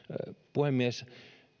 puhemies